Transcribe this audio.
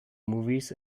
movies